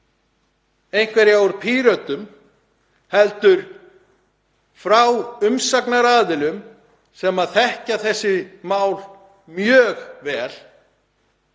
einhverjar frá Pírötum heldur frá umsagnaraðilum sem þekkja þessi mál mjög vel,